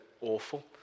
awful